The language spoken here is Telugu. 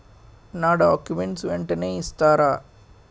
నా డాక్యుమెంట్స్ వెంటనే ఇస్తారా?